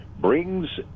brings